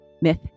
Myth